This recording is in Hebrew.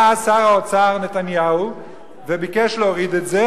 בא שר האוצר נתניהו וביקש להוריד את זה,